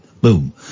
Boom